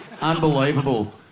unbelievable